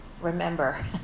remember